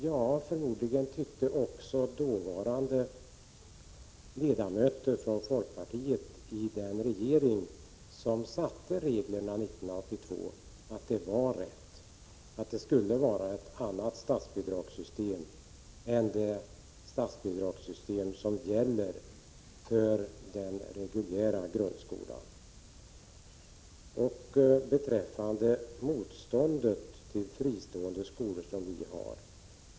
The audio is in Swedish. Ja, förmodligen tyckte också de dåvarande folkpartiledamöterna i den regering som lade fram förslaget 1982 att det skulle vara ett annat statsbidragssystem för fristående skolor än för den reguljära grundskolan. Så skulle vi vara motståndare till fristående skolor.